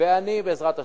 ואני, בעזרת השם,